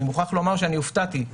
אני מוכרח לומר שאני הופתעתי.